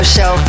Show